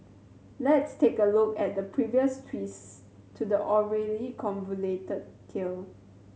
let's take a look at the previous twists to the already convoluted tale